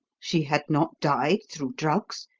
she had not died through drugs,